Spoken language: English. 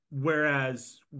Whereas